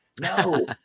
No